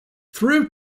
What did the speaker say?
through